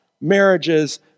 marriages